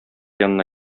янына